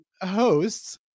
hosts